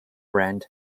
rand